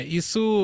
isso